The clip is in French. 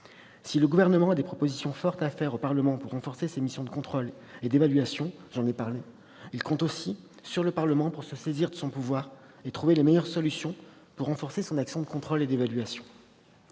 Si le Gouvernement a des propositions fortes à faire au Parlement pour renforcer ses missions de contrôle et d'évaluation, il compte aussi sur le Parlement pour se saisir de ses pouvoirs et trouver les meilleures solutions pour renforcer son action de contrôle et d'évaluation.